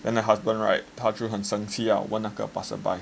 and the husband right 他就很生气 lah 问那个 passerby